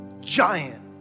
giant